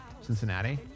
Cincinnati